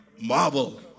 marvel